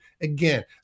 Again